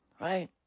Right